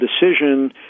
decision